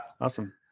Awesome